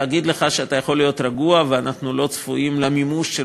להגיד לך שאתה יכול להיות רגוע ולא צפוי מימוש של